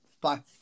Bye